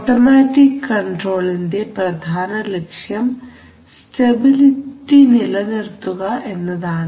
automatic കൺട്രോളിന്റെ പ്രധാന ലക്ഷ്യം സ്റ്റെബിലിറ്റി നിലനിർത്തുക എന്നതാണ്